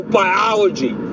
biology